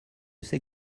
sais